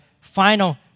final